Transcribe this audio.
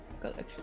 collection